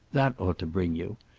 that ought to bring you.